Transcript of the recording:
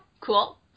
cool